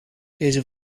deze